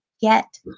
get